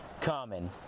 Common